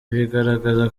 bigaragaza